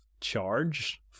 charge